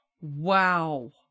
Wow